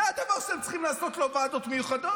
זה הדבר שאתם צריכים לעשות, לא ועדות מיוחדות.